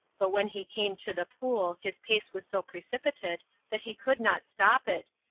but when he came to the pool his pace was so precipitate that he could not stop it,